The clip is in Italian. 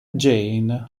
jane